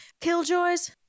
Killjoys